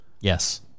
Yes